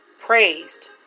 praised